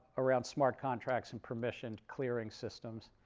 around smart contracts and permissioned clearing systems.